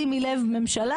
שימי לב ממשלה,